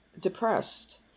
depressed